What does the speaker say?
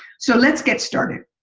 so let's get started.